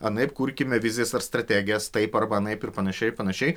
anaip kurkime vizijas ar strategijas taip arba anaip ir panašiai ir panašiai